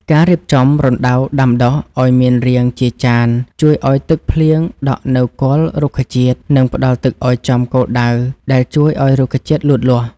ការរៀបចំរណ្តៅដាំដុះឱ្យមានរាងជាចានជួយឱ្យទឹកភ្លៀងដក់នៅគល់រុក្ខជាតិ និងផ្តល់ទឹកឱ្យចំគោលដៅដែលជួយឱ្យរុក្ខជាតិលូតលាស់។